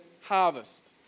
harvest